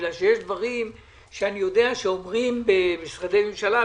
יש דברים שאומרים עליהם במשרדי ממשלה,